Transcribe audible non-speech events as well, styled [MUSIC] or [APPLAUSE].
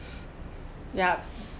[BREATH] yup